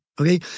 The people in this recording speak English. okay